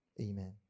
amen